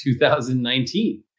2019